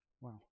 Wow